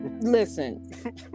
Listen